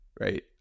right